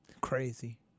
Crazy